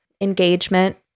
Engagement